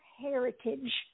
heritage